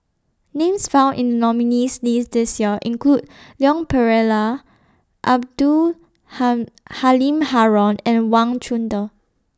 Names found in The nominees' list This Year include Leon Perera Abdul Ham Halim Haron and Wang Chunde